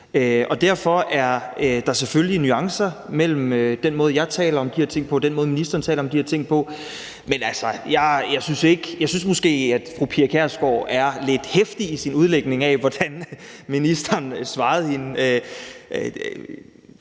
Derfor er der selvfølgelig nuancer mellem den måde, jeg taler om de her ting på, og den måde, ministeren taler om de her ting på. Jeg synes måske, at fru Pia Kjærsgaard er lidt heftig i sin udlægning af, hvordan ministeren svarede hende.